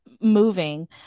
moving